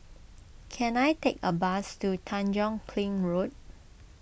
can I take a bus to Tanjong Kling Road